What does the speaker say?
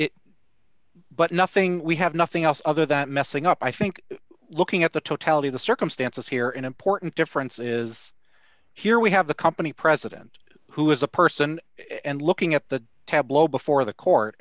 up but nothing we have nothing else other than messing up i think looking at the totality of the circumstances here in important difference is here we have the company president who is a person and looking at the tablo before the court